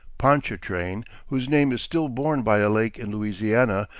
pontchartrain, whose name is still borne by a lake in louisiana,